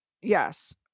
yes